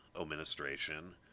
administration